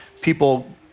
people